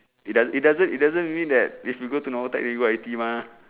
it does it doesn't it doesn't mean that if you go to normal tech you go I_T_E mah